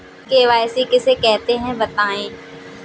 KYC किसे कहते हैं बताएँ?